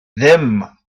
ddim